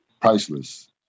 priceless